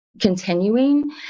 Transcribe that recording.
continuing